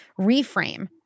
reframe